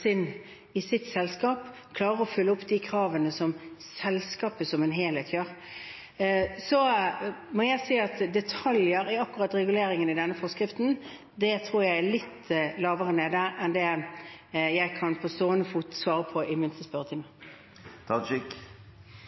sitt selskap klarer å følge opp kravene til selskapet som helhet. Jeg må si at detaljene i reguleringen i denne forskriften er litt lavere ned enn hva jeg på stående fot kan svare på i